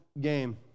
game